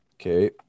Okay